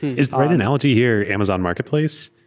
is our and analogy here amazon marketplace?